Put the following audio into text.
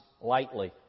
lightly